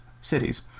cities